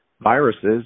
viruses